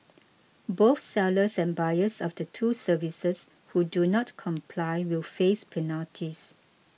both sellers and buyers of the two services who do not comply will face penalties